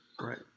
Right